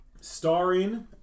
Starring